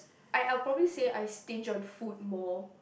I I probably say I stinge on food more